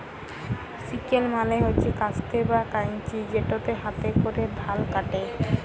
sickle মালে হছে কাস্তে বা কাঁইচি যেটতে হাতে ক্যরে ধাল ক্যাটে